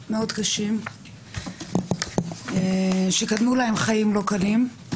קשים מאוד שקדמו להם חיים לא קלים.